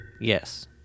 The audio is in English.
yes